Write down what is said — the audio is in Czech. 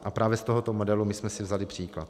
A právě z tohoto modelu jsme si vzali příklad.